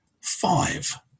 Five